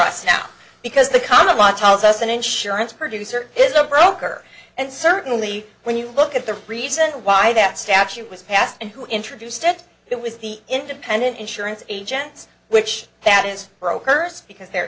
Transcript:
us now because the common law tells us an insurance producer is a broker and certainly when you look at the reason why that statute was passed and who introduced it it was the independent insurance agents which that is pro curse because they're